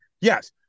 Yes